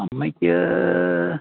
അമ്മയ്ക്ക്